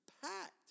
packed